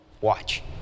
Watch